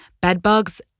bedbugs